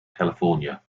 california